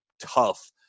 tough